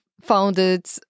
founded